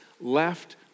left